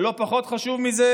ולא פחות חשוב מזה,